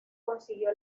consiguió